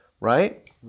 right